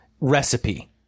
recipe